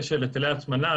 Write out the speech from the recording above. הנושא של היטלי ההטמנה,